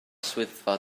swyddfa